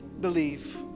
believe